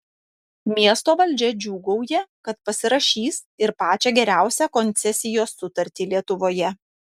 miesto valdžia džiūgauja kad pasirašys ir pačią geriausią koncesijos sutartį lietuvoje